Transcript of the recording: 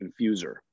infuser